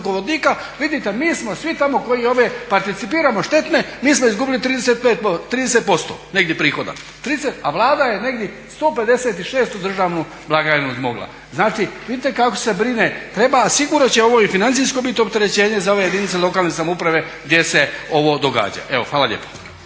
ugljikovodika vidite mi smo svi tamo koji ove participiramo štetne mi smo izgubili 30% negdje prihoda. A Vlada je negdje 156 u državnu blagajnu zmogla. Znači, vidite kako se brine, treba, sigurno će ovo i financijsko biti opterećenje za ove jedinice lokalne samouprave gdje se ovo događa. Evo, hvala lijepo.